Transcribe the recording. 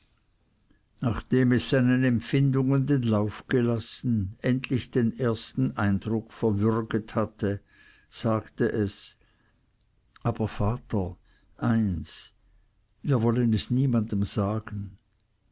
nachdem es seinen empfindungen den lauf gelassen endlich den ersten eindruck verwürget hatte sagte es aber vater eins wir wollen es niemanden sagen